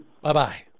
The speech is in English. Bye-bye